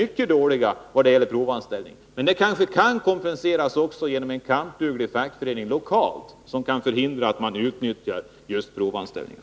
mycket dåliga vad gäller provanställning, men detta kanske kan kompenseras genom en kampduglig fackförening som lokalt kan förhindra att man utnyttjar just provanställningen.